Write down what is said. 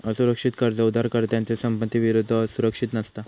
असुरक्षित कर्ज उधारकर्त्याच्या संपत्ती विरुद्ध सुरक्षित नसता